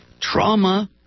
trauma